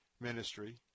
ministry